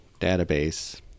database